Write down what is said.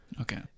Okay